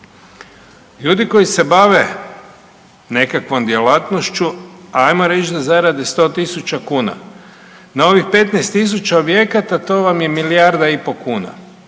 Ljudi koji se bave nekakvom djelatnošću ajmo reć da zarade 100.000 kuna. Na ovih 15.000 objekata to vam je milijarda i po kuna